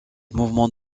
mouvement